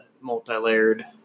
multi-layered